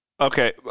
Okay